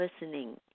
listening